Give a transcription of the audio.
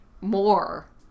more